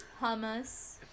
hummus